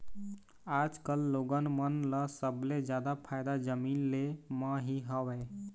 आजकल लोगन मन ल सबले जादा फायदा जमीन ले म ही हवय